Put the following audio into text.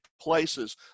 places